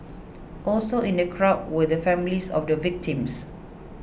also in the crowd were the families of the victims